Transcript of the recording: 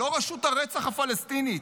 לא רשות הרצח הפלסטינית,